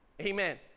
Amen